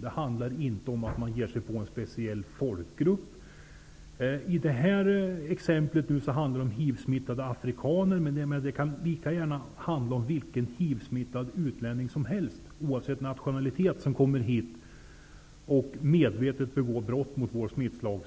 Det handlar inte om att man ger sig på en speciell folkgrupp. I det här exemplet handlar det om hivsmittade afrikaner, men det kunde lika gärna handla om vilken hivsmittad utlänning som helst, oavsett nationalitet, som kommer hit och medvetet begår brott som strider mot